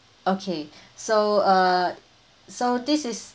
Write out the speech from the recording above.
okay so uh so this is